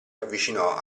avvicinò